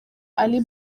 ali